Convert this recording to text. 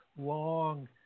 long